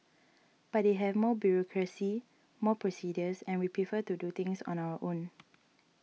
but they may have more bureaucracy more procedures and we prefer to do things on our own